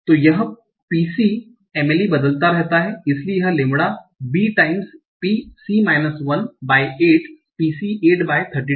तो यह p c MLE बदलता रहता है इसलिए यह lambda b times p c minus 1 by 8 p c 8 by 32 हैं हां